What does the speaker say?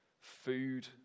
food